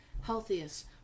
healthiest